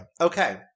okay